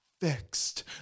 Fixed